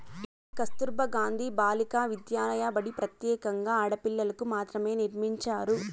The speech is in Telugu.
ఈ కస్తుర్బా గాంధీ బాలికా విద్యాలయ బడి ప్రత్యేకంగా ఆడపిల్లలకు మాత్రమే నిర్మించారు